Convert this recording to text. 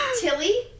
Tilly